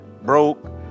broke